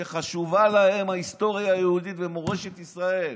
שחשובה להם ההיסטוריה היהודית ומורשת ישראל.